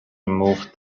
removed